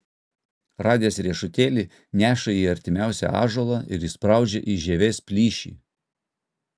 radęs riešutėlį neša į artimiausią ąžuolą ir įspraudžia į žievės plyšį